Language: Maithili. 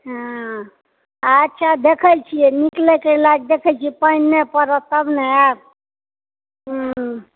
हाँ अच्छा देखैत छिऐ निकलि कऽ इलाज देखैत छिऐ पानि नहि पड़त तब ने आएब हुँ